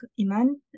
Iman